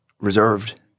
reserved